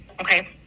Okay